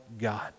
God